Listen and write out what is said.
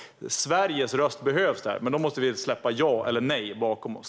Sveriges röst behövs där, men då måste vi lägga frågan om ja eller nej bakom oss.